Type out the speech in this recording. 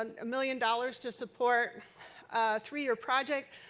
a million dollars to support three-year project,